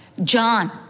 John